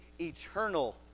eternal